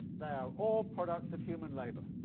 they are all products of human labour.